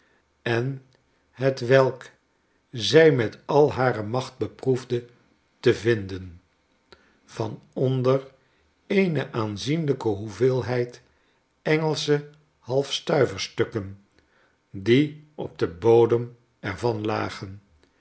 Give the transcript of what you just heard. en hetwelk zij met al hare macht beproefde te vinden van onder eene aanzienlijke hoeveelheid engelsche halfstuiverstukken die op den bodem er van lagen